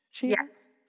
Yes